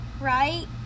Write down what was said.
right